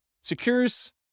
secures